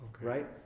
Right